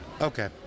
okay